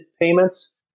payments